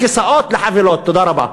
לכן,